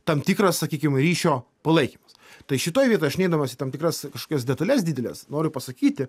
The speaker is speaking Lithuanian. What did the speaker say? tam tikras sakykim ryšio palaikymas tai šitoj vietoj aš neidamas į tam tikras kažkokias detales dideles noriu pasakyti